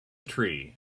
tree